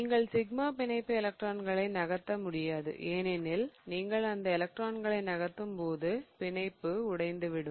நீங்கள் சிக்மா பிணைப்பு எலக்ட்ரான்களை நகர்த்த முடியாது ஏனெனில் நீங்கள் அந்த எலக்ட்ரான்களை நகர்த்தும்போது பிணைப்பு உடைந்து விடும்